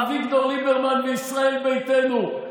אביגדור ליברמן וישראל ביתנו,